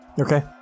Okay